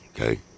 Okay